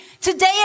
today